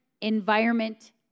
environment